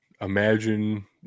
imagine